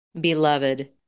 Beloved